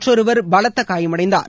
மற்றொருவர் பலத்த காயமடைந்தார்